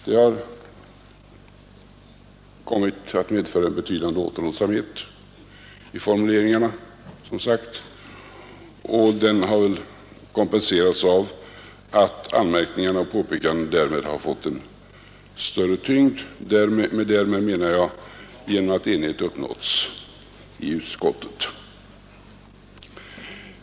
Det har som sagt kommit att medföra en betydande återhållsamhet i formuleringarna, och det har väl kompenserats av att anmärkningarna och påpekandena har fått en större tyngd genom att enighet uppnåtts i utskottet.